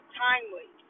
timely